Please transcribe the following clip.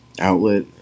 outlet